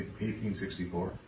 1864